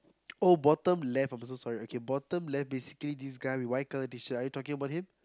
oh bottom left I'm so sorry okay bottom left basically this guy with white colour t-shirt are you talking about him